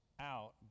out